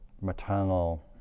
maternal